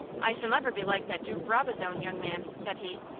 i shall never be like that de brabazon young man, said he.